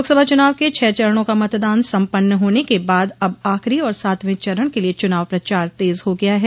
लोकसभा चुनाव के छह चरणों का मतदान सम्पन्न होने के बाद अब आखिरी और सातवें चरण के लिये चुनाव प्रचार तेज हो गया है